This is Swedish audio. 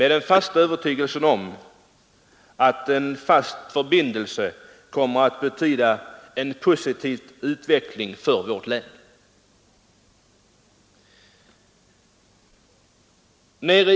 De är övertygade om att en fast förbindelse kommer att betyda en positiv utveckling för vårt län.